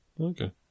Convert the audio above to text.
Okay